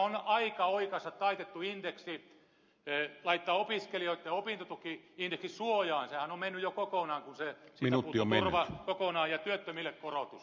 on aika oikaista taitettu indeksi laittaa opiskelijoitten opintotuki indeksisuojaan sehän on mennyt jo kokonaan kun siitä puuttuu turva kokonaan ja työttömille korotus